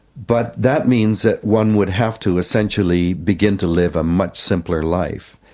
but that means that one would have to essentially begin to live a much simpler life,